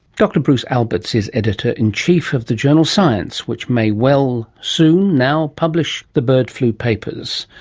dr bruce alberts is editor in chief of the journal science, which may well soon now publish the bird flu papers.